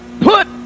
put